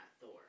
Thor